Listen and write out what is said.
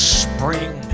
spring